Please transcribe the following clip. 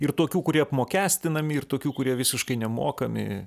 ir tokių kurie apmokestinami ir tokių kurie visiškai nemokami